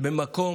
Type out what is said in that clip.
במקום